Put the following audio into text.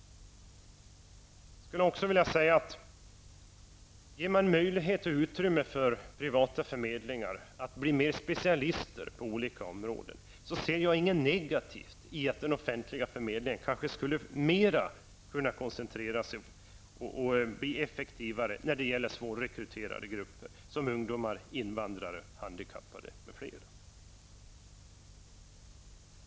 Om man ger utrymme för privata förmedlingar att specialisera sig på olika områden, skulle den offentliga förmedlingen kunna koncentrers och bli effektivare när det gäller grupper med rekryteringsproblem, såsom ungdomar, invandrare, handikappade m.fl. Det ser jag inget negativt i.